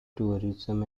tourism